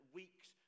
weeks